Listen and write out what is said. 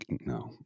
no